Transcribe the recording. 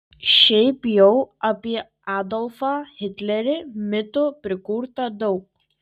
šiaip jau apie adolfą hitlerį mitų prikurta daug